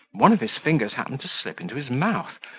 one of his fingers happened to slip into his mouth,